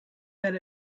that